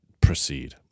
proceed